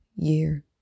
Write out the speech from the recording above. year